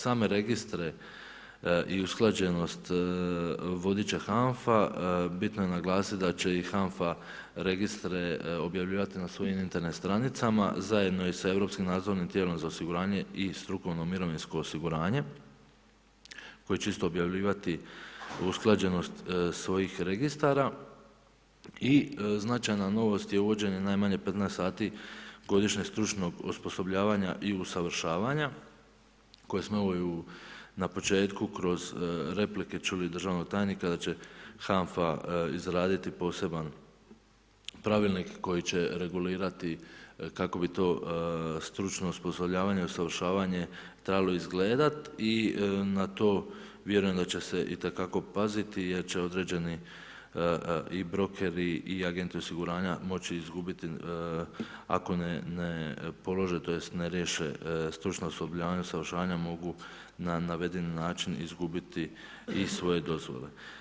Same registre i usklađenost voditi će HANF-a, bitno je naglasiti da će i HANF-a registre objavljivati na svojim Internet stranicama zajedno i sa europskim nadzornim tijelom za osiguranje i strukovno mirovinsko osiguranje koje će isto objavljivati usklađenost svoj registara i značajna novost je uvođenje najmanje 15 sati godišnje stručnog osposobljavanja i usavršavanja koje smo evo i u na početku kroz replike čuli državnog tajnika da će HANFA izraditi poseban pravilnik koji će regulirati kako bi to stručno osposobljavanje i usavršavanje trebalo izgledat i na to vjerujem da će se i te kako paziti jer će određeni i brokeri i agenti osiguranja moći izgubiti ako ne polože tj. ne riješe stručno osposobljavanje i usavršavanje mogu na navedeni način izgubiti i svoje dozvole.